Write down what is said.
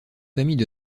famille